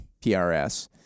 PRS